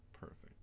Perfect